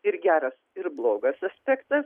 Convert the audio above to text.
ir geras ir blogas aspektas